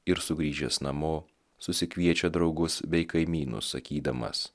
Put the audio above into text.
ir sugrįžęs namo susikviečia draugus bei kaimynus sakydamas